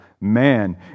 man